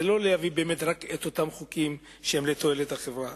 זה לא להביא באמת רק את אותם חוקים שהם לתועלת החברה.